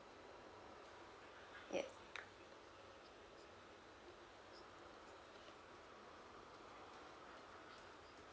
yes